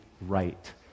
right